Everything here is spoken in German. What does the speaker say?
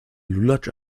lulatsch